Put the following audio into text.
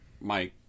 Mike